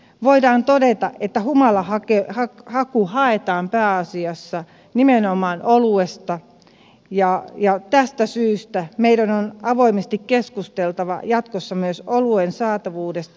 voidaan todeta että humala haetaan pääasiassa nimenomaan oluesta ja tästä syystä meidän on avoimesti keskusteltava jatkossa myös oluen saatavuudesta